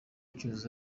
cyuzuzo